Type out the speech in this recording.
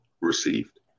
received